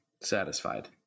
satisfied